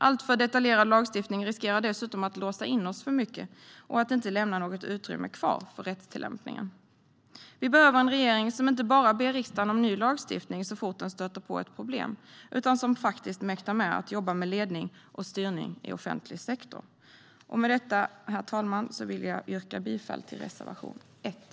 Alltför detaljerad lagstiftning riskerar dessutom att låsa in oss för mycket och att inte lämna något utrymme kvar för rättstillämpningen. Vi behöver en regering som inte bara ber riksdagen om ny lagstiftning så fort den stöter på ett problem utan som faktiskt mäktar med att jobba med ledning och styrning i offentlig sektor. Herr talman! Med detta vill jag yrka bifall till reservation 1.